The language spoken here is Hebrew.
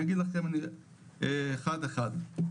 אגיד לכם אחד אחד.